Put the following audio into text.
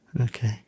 Okay